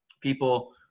people